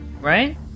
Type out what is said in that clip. right